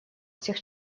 всех